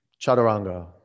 chaturanga